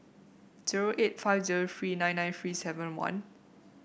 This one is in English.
zero eight five zero three nine nine three seven one